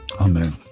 Amen